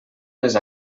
les